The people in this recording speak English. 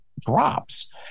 drops